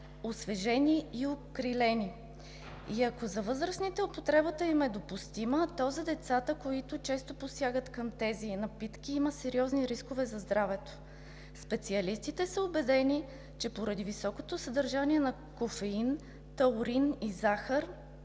освежени и окрилени. И ако за възрастните употребата им е допустима, то за децата, които често посягат към тези напитки, има сериозни рискове за здравето. Специалистите са убедени, че поради високото съдържание на кофеин, таурин и захар